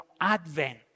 Advent